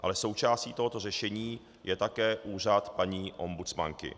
Ale součástí tohoto řešení je také úřad paní ombudsmanky.